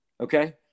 Okay